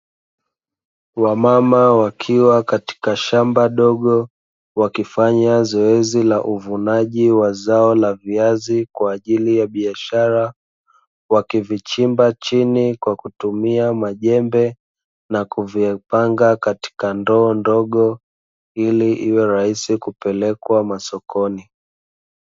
Wamama wakiwa katika shamba dogo wakifanya zoezi la uvunaji wa zao la viazi kwa ajili ya biashara. Wakivichimba chini kwa kutumia majembe na kuvipanga katika ndoo ndogo ili iwe rahisi kupelekwa masokoni.